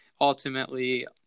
ultimately